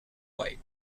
white